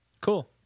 cool